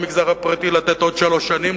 במגזר הפרטי לתת עוד שלוש שנים,